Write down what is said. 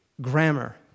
grammar